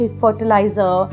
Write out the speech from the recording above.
fertilizer